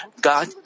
God